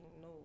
no